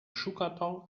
schuhkarton